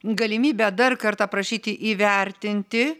galimybę dar kartą prašyti įvertinti